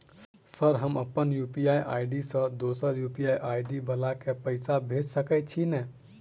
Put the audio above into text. Sir हम अप्पन UPI ID सँ दोसर यु.पी.आई आई.डी वला केँ पैसा भेजि सकै छी नै?